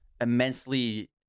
immensely